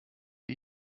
die